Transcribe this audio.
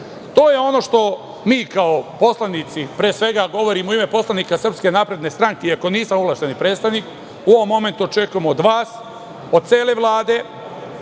To je ono što mi kao poslanici pre svega govorimo u ime poslanika SNS, iako nisam ovlašćeni predstavnik, u ovom momentu očekujemo od vas, od cele Vlade,